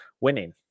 winning